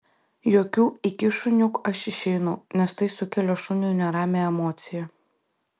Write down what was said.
jokių iki šuniuk aš išeinu nes tai sukelia šuniui neramią emociją